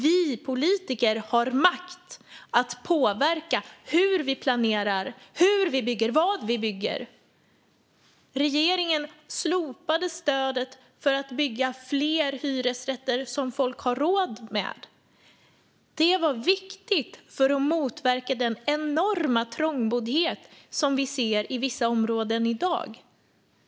Vi politiker har makt att påverka hur vi planerar, hur vi bygger och vad vi bygger. Regeringen slopade stödet för att bygga fler hyresrätter som folk har råd med. Det var viktigt för att motverka den enorma trångboddhet som vi ser i vissa områden i dag.